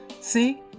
See